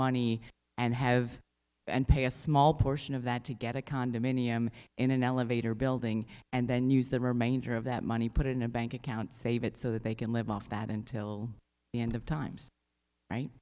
money and have pay a small portion of that to get a condominium in an elevator building and then use the remainder of that money put it in a bank account save it so that they can live off that until the end of times right